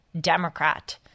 Democrat